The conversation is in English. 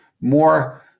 more